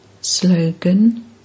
Slogan